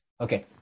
Okay